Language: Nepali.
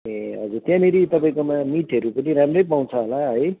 ए हजुर त्यहाँनिर तपाईँकोमा मिटहरू पनि राम्रै पाउँछ होला है